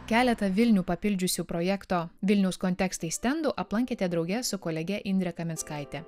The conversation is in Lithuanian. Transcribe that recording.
keletą vilnių papildžiusių projekto vilniaus kontekstai stendų aplankėte drauge su kolege indre kaminskaite